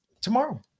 tomorrow